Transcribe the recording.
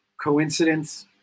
coincidence